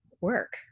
work